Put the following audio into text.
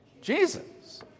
Jesus